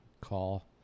call